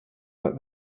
but